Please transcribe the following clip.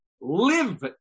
live